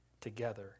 together